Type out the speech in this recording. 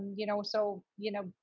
you know, so, you know,